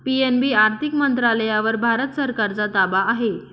PNB आर्थिक मंत्रालयावर भारत सरकारचा ताबा आहे